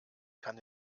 kann